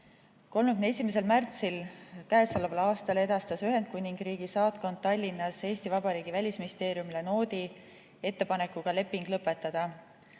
31. märtsil k.a edastas Ühendkuningriigi saatkond Tallinnas Eesti Vabariigi Välisministeeriumile noodi ettepanekuga leping lõpetada.